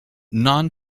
non